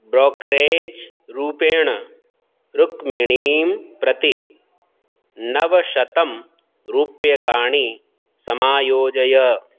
brokerage रूपेण रुक्मिणीं प्रति नवशतं रूप्यकाणि समायोजय